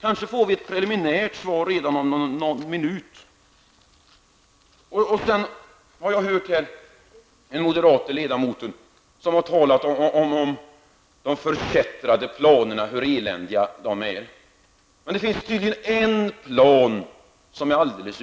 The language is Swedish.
Kanske får vi ett preliminärt svar redan om någon minut. Den moderate ledamoten har här talat om de förkättrade planerna och om hur eländiga de är. Men det finns tydligen en plan som är alldeles